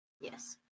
Yes